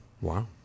Wow